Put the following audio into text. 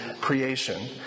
creation